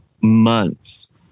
months